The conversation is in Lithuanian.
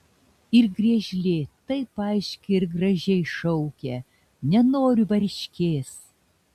ir griežlė taip aiškiai ir gražiai šaukia nenoriu varškės